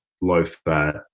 low-fat